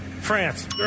France